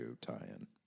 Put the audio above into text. tie-in